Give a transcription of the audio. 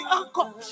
uncle